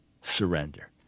surrender